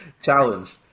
Challenge